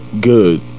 good